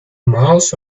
mouse